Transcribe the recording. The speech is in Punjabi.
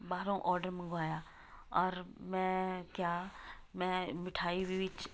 ਬਾਹਰੋਂ ਆਰਡਰ ਮੰਗਵਾਇਆ ਔਰ ਮੈਂ ਕਿਆ ਮੈਂ ਮਿਠਾਈ ਵਿੱਚ